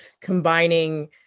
combining